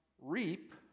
reap